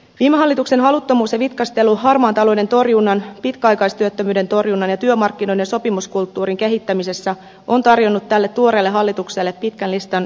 viime hallituksen haluttomuus ja vitkastelu harmaan talouden torjunnan pitkäaikaistyöttömyyden torjunnan ja työmarkkinoiden sopimuskulttuurin kehittämisessä on tarjonnut tälle tuoreelle hallitukselle pitkän listan kiireistä tehtävää